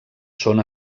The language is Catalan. són